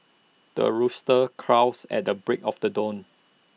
the rooster crows at the break of the dawn